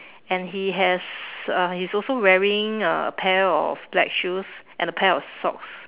and he has uh he's also wearing a pair of black shoes and a pair of socks